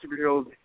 superheroes